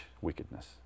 wickedness